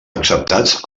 acceptats